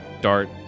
dart